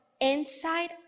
inside